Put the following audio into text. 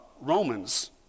Romans